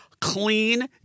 clean